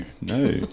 no